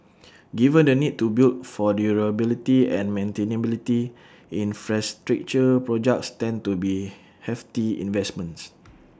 given the need to build for durability and maintainability infrastructure projects tend to be hefty investments